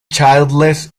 childless